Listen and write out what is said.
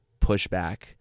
pushback